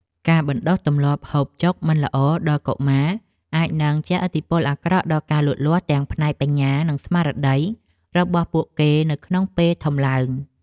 ការបណ្តុះទម្លាប់ហូបចុកមិនល្អដល់កុមារអាចនឹងជះឥទ្ធិពលអាក្រក់ដល់ការលូតលាស់ទាំងផ្នែកបញ្ញា និងស្មារតីរបស់ពួកគេនៅក្នុងពេលធំឡើង។